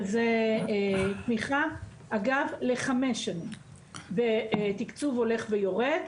שאגב זו תמיכה לחמש שנים בתקצוב הולך ויורד.